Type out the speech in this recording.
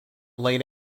late